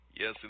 Yes